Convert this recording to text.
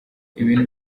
ibintu